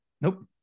Nope